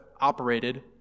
operated